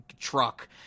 truck